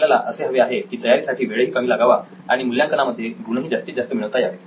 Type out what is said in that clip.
आपल्याला असे हवे आहे की तयारी साठी वेळही कमी लागावा आणि मूल्यांकनामध्ये गुणही जास्तीत जास्त मिळवता यावे